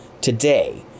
today